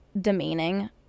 demeaning